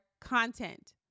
content